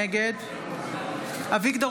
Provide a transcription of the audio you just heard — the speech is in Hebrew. נגד אביגדור